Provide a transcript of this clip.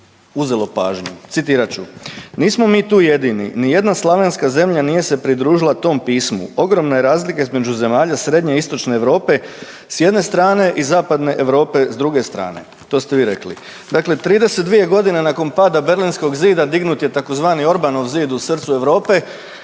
uzelo pažnju. Citirat ću „Nismo mi tu jedini, nijedna slavenska zemlja nije se pridružila tom pismu, ogromna je razlika između zemalja Srednjeistočne Europe s jedne strane i Zapadne Europe s druge strane“, to ste vi rekli. Dakle, 32 godina nakon pada Berlinskog zida dignut je tzv. Orbanov zid u srcu Europe,